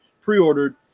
pre-ordered